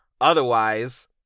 otherwise